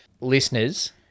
Listeners